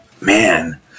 man